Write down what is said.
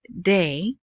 day